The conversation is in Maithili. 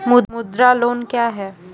मुद्रा लोन क्या हैं?